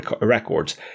records